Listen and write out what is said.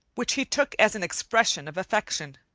which he took as an expression of affection.